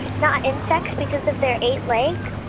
not insects because of their eight legs?